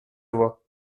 voix